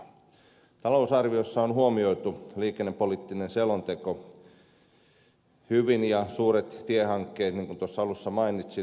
talousarviossa on huomioitu liikennepoliittinen selonteko hyvin ja suuret tiehankkeet niin kuin tuossa alussa mainitsin